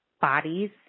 bodies